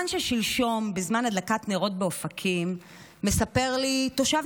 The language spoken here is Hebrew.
שלשום בזמן הדלקת נרות באופקים מספר לי תושב